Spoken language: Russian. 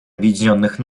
объединенных